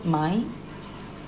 mind